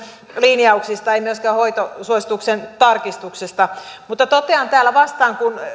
linjauksista ei myöskään hoitosuosituksen tarkistuksesta mutta totean täällä vastaan kun